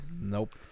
Nope